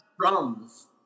drums